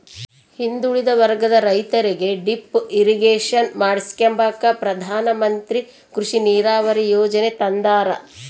ಹಿಂದುಳಿದ ವರ್ಗದ ರೈತರಿಗೆ ಡಿಪ್ ಇರಿಗೇಷನ್ ಮಾಡಿಸ್ಕೆಂಬಕ ಪ್ರಧಾನಮಂತ್ರಿ ಕೃಷಿ ನೀರಾವರಿ ಯೀಜನೆ ತಂದಾರ